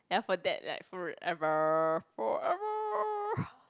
ya for that like forever forever